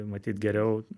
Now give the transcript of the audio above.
matyt geriau